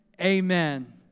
amen